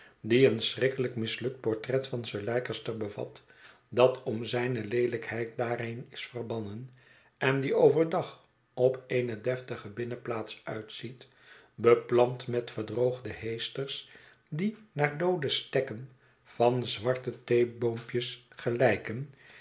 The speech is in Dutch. die een schrikkelijk mislukt portret van sir leicester bevat dat om zijne leelijkheid daarheen is verbannen en die overdag op eene deftige binnenplaats uitziet beplant met verdroogde heesters die naar doode stekken van zwarte theeboompjes gelijken